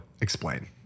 explain